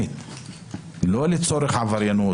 לא לצורך עבריינות,